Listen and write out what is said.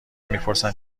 میپرسند